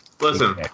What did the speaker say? Listen